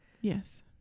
Yes